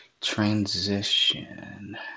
transition